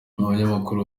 abanyamakuru